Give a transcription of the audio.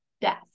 death